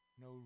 No